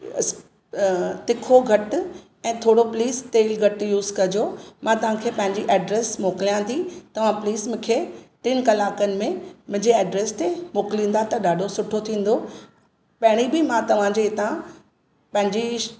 स तीखो घटि ऐं थोरो प्लीस तेल घटि युस कजो मां तव्हांखे पंहिंजी एड्रेस मोकिलियां थी तव्हां प्लीस मूंखे टिन कलाकनि में मुंहिंजे एड्रेस ते मोकिलींदा त ॾाढो सुठो थींदो पहिरीं बि मां तव्हांजे हितां पंहिंजी श